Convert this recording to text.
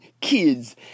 kids